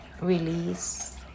release